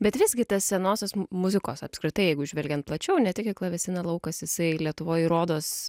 bet visgi tas senosios muzikos apskritai jeigu žvelgiant plačiau ne tik į klavesiną laukas jisai lietuvoj rodos